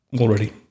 already